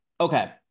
Okay